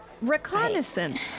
reconnaissance